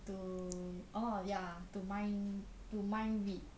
to orh ya to mind to mind read